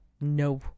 no